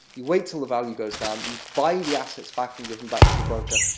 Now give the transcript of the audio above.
you wait till the value goes down, you buy the assets back, and give them back to the broker.